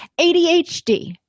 ADHD